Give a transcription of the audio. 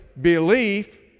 belief